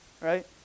Right